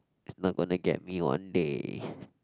it's not gonna get me one day